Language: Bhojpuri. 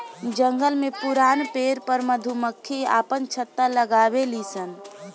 जंगल में पुरान पेड़ पर मधुमक्खी आपन छत्ता लगावे लिसन